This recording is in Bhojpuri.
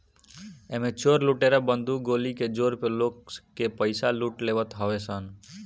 एमे चोर लुटेरा बंदूक गोली के जोर पे लोग के पईसा लूट लेवत हवे सन